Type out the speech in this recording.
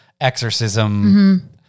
exorcism